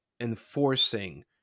enforcing